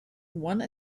one